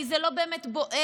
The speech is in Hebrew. כי זה לא באמת בוער,